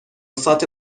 سات